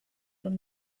from